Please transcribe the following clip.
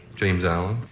james allan